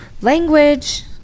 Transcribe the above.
Language